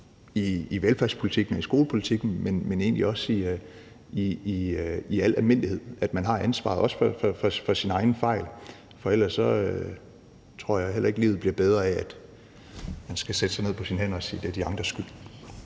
i velfærdspolitikken og i skolepolitikken, men egentlig også i al almindelighed, at man har ansvaret, også for sine egne fejl. For jeg tror ikke, livet bliver bedre af, at man skal sætte sig på hænderne og sige: Det er de andres skyld!